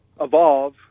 evolve